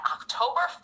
October